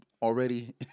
Already